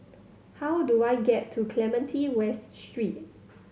how do I get to Clementi West Street